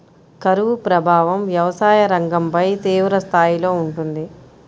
కరువు ప్రభావం వ్యవసాయ రంగంపై తీవ్రస్థాయిలో ఉంటుంది